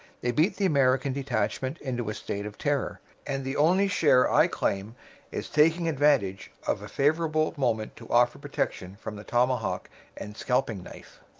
they beat the american detachment into a state of terror, and the only share i claim is taking advantage of a favourable moment to offer protection from the tomahawk and scalping knife